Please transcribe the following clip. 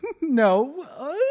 No